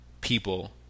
people